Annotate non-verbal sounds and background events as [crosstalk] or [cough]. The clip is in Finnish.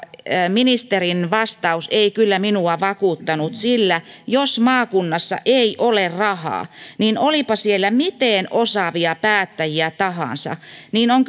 ministerin vastaus ei kyllä minua vakuuttanut sillä jos maakunnassa ei ole rahaa niin olipa siellä miten osaavia päättäjiä tahansa on [unintelligible]